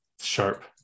sharp